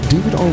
David